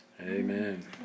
Amen